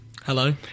Hello